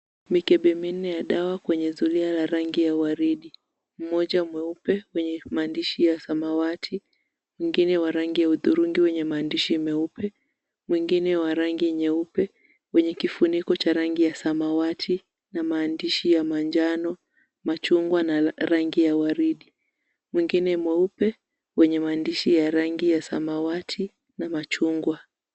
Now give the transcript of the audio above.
Mikebe minne ya dawa kwenye zulia la rangi ya waridi, mmoja mweupe wenye maandishi ya samawati, mwingine wa rangi ya hudhurungi wenye maandishi meupe, mwengine wa rangi nyeupe wenye kifuniko cha rangi ya samawati na maandishi ya manjano, machugwa na rangi ya waridi, mwengine mweupe wenye maandishi ya rangi ya samawati na machungwa.